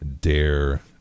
dare